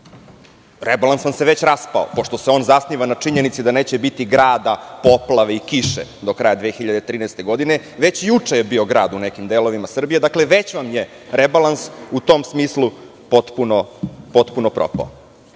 Rebalans vam se već raspao pošto se on zasniva na činjenici da neće biti grada, poplave i kiše do kraja 2013. godine, a već juče je bio grad u nekim delovima Srbije, dakle, već vam je rebalans u tom smislu potpuno